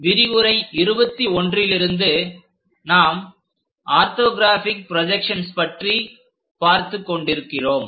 விரிவுரை 21லிருந்து நாம் ஆர்தொகிராஃபிக் ப்ரொஜெக்ஷன்ஸ் பற்றி பார்த்துக் கொண்டிருக்கிறோம்